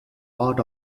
part